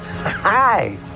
Hi